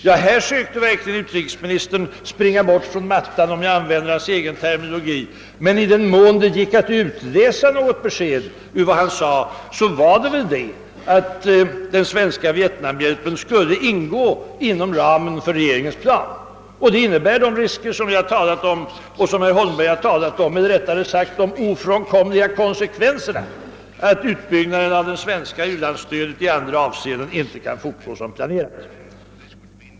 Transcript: På denna punkt försökte utrikesministern verkligen »springa bort från mattan» för att använda hans egen terminologi. I den mån det gick att utläsa något besked ur hans anförande var det emellertid att den svenska Vietnamhjälpen skulle utgå inom ramen för regeringens plan. Detta medför, såsom herr Holmberg och jag påpekat, den ofrånkomliga konsekvensen att utbyggnaden av det svenska u-landsstödet i andra avseenden inte kan fortgå som planerat.